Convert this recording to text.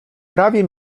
prawie